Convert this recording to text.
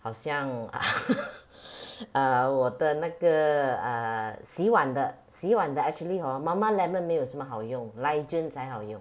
好像 uh 我的那个 uh 洗碗的洗碗的 actually hor Mama Lemon 没有什么好用 Ligent 才好用